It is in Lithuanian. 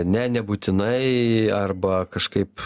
ne nebūtinai arba kažkaip